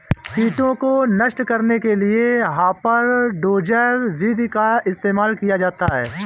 कीटों को नष्ट करने के लिए हापर डोजर विधि का इस्तेमाल किया जाता है